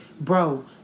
Bro